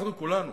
אנחנו כולנו,